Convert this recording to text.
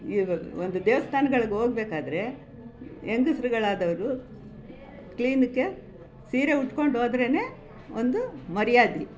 ಇವು ಒಂದು ದೇವಸ್ಥಾನಗಳ್ಗೆ ಹೋಗ್ಬೇಕಾದ್ರೆ ಹೆಂಗಸ್ರುಗಳು ಆದವರು ಕ್ಲೀನಾಗಿ ಸೀರೆ ಉಟ್ಕೊಂಡು ಹೋದ್ರೇ ಒಂದು ಮರ್ಯಾದೆ